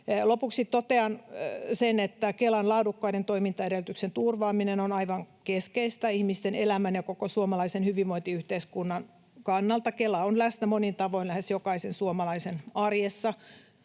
Lopuksi totean sen, että Kelan laadukkaiden toimintaedellytysten turvaaminen on aivan keskeistä ihmisten elämän ja koko suomalaisen hyvinvointiyhteiskunnan kannalta. Kela on läsnä monin tavoin lähes jokaisen suomalaisen arjessa.